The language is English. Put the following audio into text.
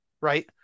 right